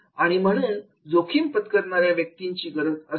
आणि म्हणूनच जोखीम पत्करणार्या व्यक्तीची गरज असते